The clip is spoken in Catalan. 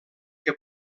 que